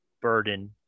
burden